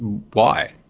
why?